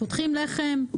פותחים לחם,